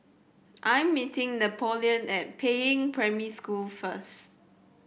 I am meeting Napoleon at Peiying Primary School first